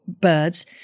birds